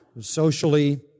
socially